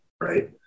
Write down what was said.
right